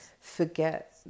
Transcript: forget